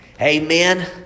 Amen